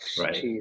right